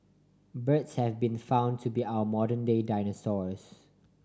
birds have been found to be our modern day dinosaurs